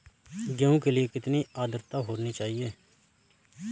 गेहूँ के लिए कितनी आद्रता होनी चाहिए?